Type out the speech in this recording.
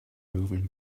moving